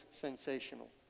sensational